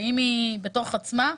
האם היא בתוך עצמה?